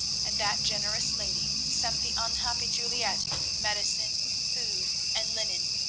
and that generous lady sent the unhappy juliette medicine, food, and linen,